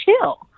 chill